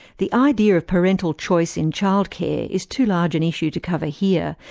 the idea of parental choice in childcare is too large an issue to cover here,